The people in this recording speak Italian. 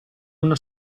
una